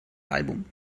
album